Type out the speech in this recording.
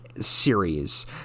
series